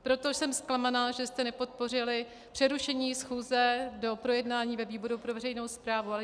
Proto jsem zklamaná, že jste nepodpořili přerušení schůze do projednání ve výboru pro veřejnou správu.